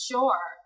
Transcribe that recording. Sure